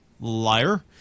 liar